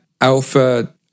Alpha